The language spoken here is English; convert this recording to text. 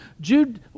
Jude